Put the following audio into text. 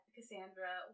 Cassandra